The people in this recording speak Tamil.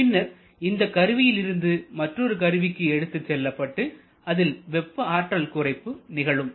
பின்னர் இந்த கருவியிலிருந்து மற்றொரு கருவிக்கு எடுத்துச்செல்லப்பட்டு அதில் வெப்ப ஆற்றல் குறைப்பு நிகழும்